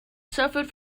suffered